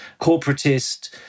corporatist